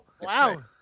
Wow